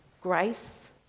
grace